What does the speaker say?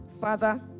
father